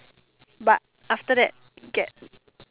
but after that get